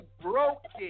broken